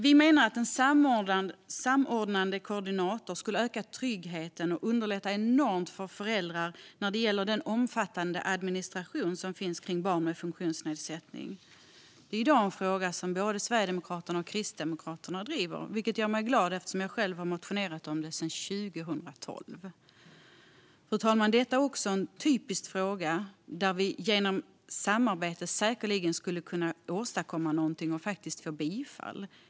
Vi menar att en samordnande koordinator skulle öka tryggheten och underlätta enormt för föräldrar när det gäller den omfattande administration som finns kring barn med funktionsnedsättning. Detta är i dag en fråga som både Sverigedemokraterna och Kristdemokraterna driver, vilket gör mig glad eftersom jag själv har motionerat om det sedan 2012. Fru talman! Detta är en typisk fråga där vi genom samarbete säkerligen skulle kunna åstadkomma något och faktiskt få bifall.